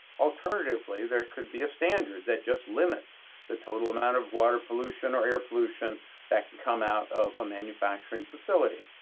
alternatively, there could be a standard that just limits the total amount of water pollution or air pollution that can come out of a manufacturing facility.